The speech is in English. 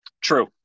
True